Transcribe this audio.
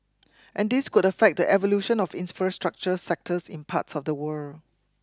and this could affect the evolution of infrastructure sectors in parts of the world